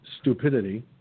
stupidity